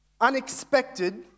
unexpected